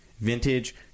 vintage